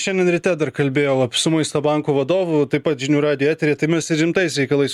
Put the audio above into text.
šiandien ryte dar kalbėjau su maisto banko vadovu taip pat žinių radijo eteryje tai mes ir rimtais reikalais